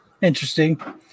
interesting